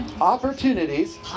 opportunities